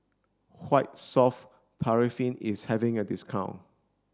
white soft paraffin is having a discount